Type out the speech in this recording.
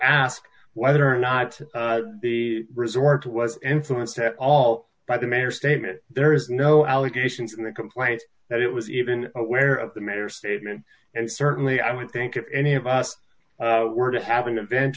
ask whether or not the resort was influence at all by the mayor statement there is no allegations in the complaint that it was even aware of the matter statement and certainly i would think if any of us were to having a vent